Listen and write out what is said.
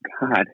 God